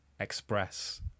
express